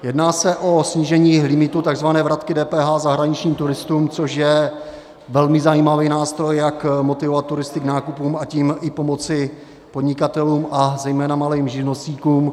Jedná se o snížení limitu takzvané vratky DPH zahraničním turistům, což je velmi zajímavý nástroj, jak motivovat turisty k nákupům, a tím i pomoci podnikatelům a zejména malým živnostníkům.